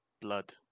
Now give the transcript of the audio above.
blood